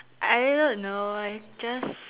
I don't know I just